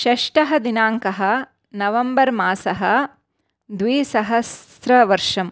षष्ठः दिनाङ्कः नवम्बर् मासः द्विसहस्रवर्षं